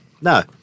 No